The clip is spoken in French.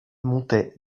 montait